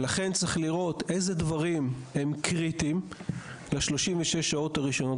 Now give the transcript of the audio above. ולכן צריך לראות איזה דברים הם קריטיים ל-36 השעות הראשונות,